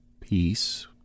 peace